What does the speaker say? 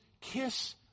Kiss